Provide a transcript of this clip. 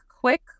quick